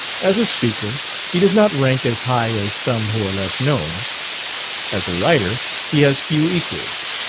as a speaker, he does not rank as high as some who are less known as a writer, he has few equals.